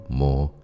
more